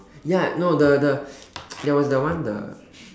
ya no the the there was the one the